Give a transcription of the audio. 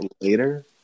later